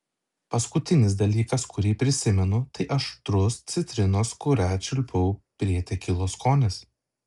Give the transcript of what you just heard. paskutinis dalykas kurį prisimenu tai aštrus citrinos kurią čiulpiau prie tekilos skonis